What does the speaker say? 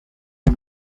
who